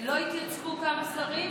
לא התייצבו כמה שרים,